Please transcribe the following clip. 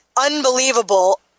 unbelievable